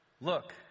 Look